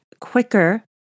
quicker